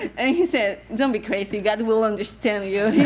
and he said, don't be crazy. god will understand you. he